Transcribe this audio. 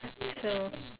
so